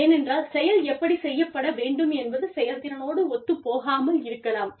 ஏனென்றால் செயல் எப்படிச் செய்யப்பட வேண்டும் என்பது செயல்திறனோடு ஒத்துப்போகாமல் இருக்கலாம்